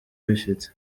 bifite